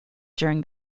during